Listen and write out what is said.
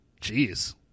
Jeez